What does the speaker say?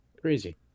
Crazy